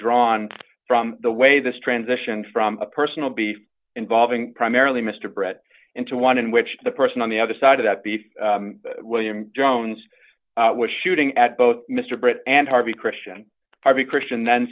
drawn from the way this transition from a personal beef involving primarily mr brett into one in which the person on the other side of that beef william jones was shooting at both mr britt and harvey christian harvey christian then